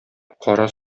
кара